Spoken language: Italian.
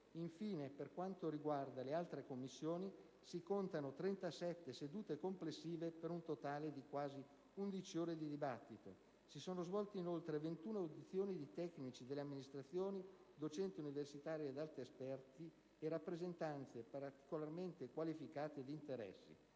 Infine, per quanto riguarda le altre Commissioni, si contano 37 sedute complessive, per un totale di quasi 11 ore di dibattito. Si sono svolte inoltre 21 audizioni di tecnici delle amministrazioni, docenti universitari ed altri esperti e rappresentanze particolarmente qualificate di interessi.